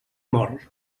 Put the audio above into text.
mort